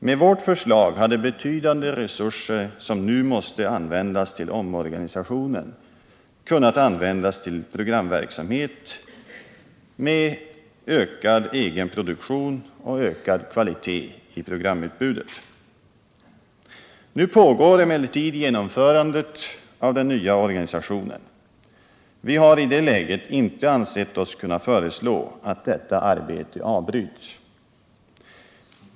Med vårt förslag hade betydande resurser som nu måste användas till omorganisationen kunnat användas till programverksamhet med ökad egen produktion och ökad kvalitet i programutbudet. Nu pågår emellertid genomförandet av den nya organisationen. Vi hari det läget inte ansett oss kunna föreslå att detta arbete avbryts.